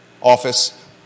Office